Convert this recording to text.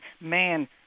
man